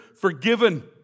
Forgiven